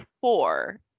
four